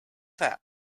that